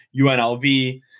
UNLV